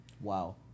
Wow